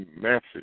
message